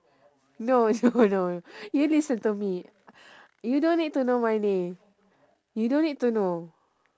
no no no you listen to me you don't need to know my name you don't need to know